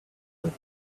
with